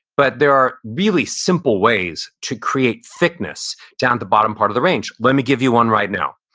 but there are really simple ways to create thickness down at the bottom part of the range. let me give you one right now.